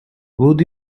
would